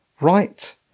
right